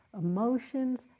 emotions